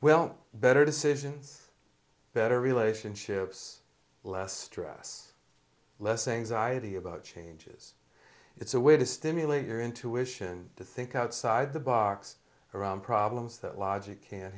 well better decisions better relationships less stress less anxiety about changes it's a way to stimulate your intuition to think outside the box around problems that logic can